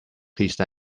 please